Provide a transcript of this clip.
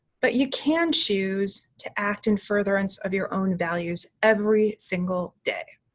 but you can choose to act in furtherance of your own values every single day.